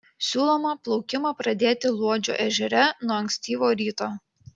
siūloma plaukimą pradėti luodžio ežere nuo ankstyvo ryto